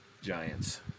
Giants